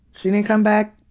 she didn't come back.